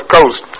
Coast